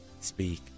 speak